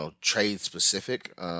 trade-specific